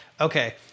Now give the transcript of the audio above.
okay